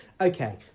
Okay